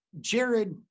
Jared